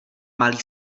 malý